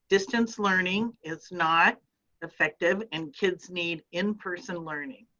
distance learning is not effective and kids need in-person learning.